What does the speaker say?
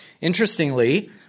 Interestingly